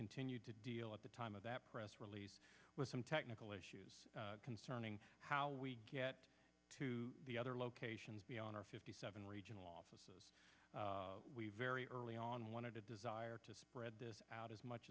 continue to deal at the time of that press release with some technical issues concerning how we get to the other locations beyond our fifty seven regional offices we very early on wanted a desire to spread out as much